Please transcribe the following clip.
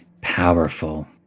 powerful